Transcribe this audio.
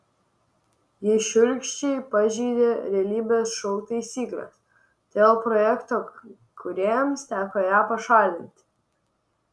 ji šiurkščiai pažeidė realybės šou taisykles todėl projekto kūrėjams teko ją pašalinti